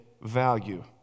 value